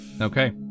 Okay